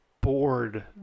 bored